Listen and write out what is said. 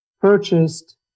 purchased